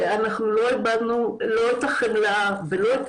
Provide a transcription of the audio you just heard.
שאנחנו לא אבדנו לא את החמלה ולא את